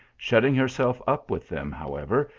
shutting herself up with them, however,